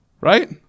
Right